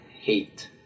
hate